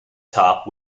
top